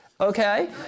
okay